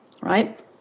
right